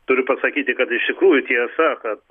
turiu pasakyti kad iš tikrųjų tiesa kad